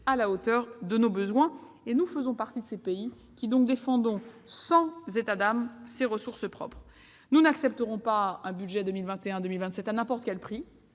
à la hauteur de nos besoins. Nous faisons partie des pays qui défendent sans état d'âme ces ressources propres. Nous n'accepterons pas un budget 2021-2027 à n'importe quel prix.